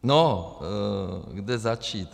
No, kde začít?